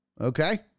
Okay